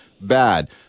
bad